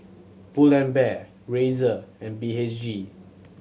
Pull and Bear Razer and B H G